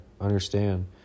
Understand